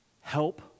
help